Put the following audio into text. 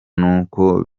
n’uko